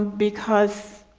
because,